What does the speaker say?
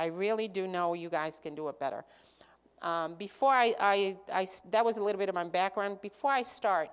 i really do know you guys can do a better before i that was a little bit of my background before i start